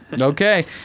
Okay